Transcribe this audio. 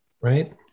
right